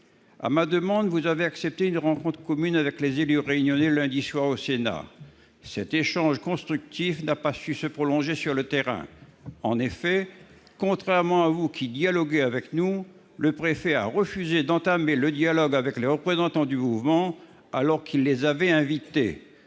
À ma demande, vous avez accepté une rencontre avec les élus réunionnais lundi soir au Sénat. Cet échange constructif n'a pas pu se prolonger sur le terrain. En effet, contrairement à vous, qui dialoguez avec nous, le préfet a refusé d'entamer un dialogue avec les représentants du mouvement, alors qu'il les avait invités.